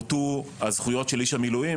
יפורטו הזכויות של איש המילואים.